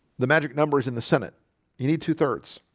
the magic number is in the senate you need two-thirds